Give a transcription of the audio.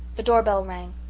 the door bell rang,